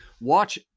Watch